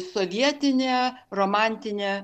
sovietinė romantinė